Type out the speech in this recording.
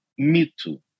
mito